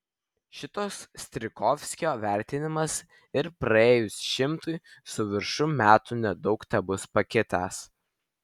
šitoks strijkovskio vertinimas ir praėjus šimtui su viršum metų nedaug tebus pakitęs